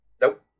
Nope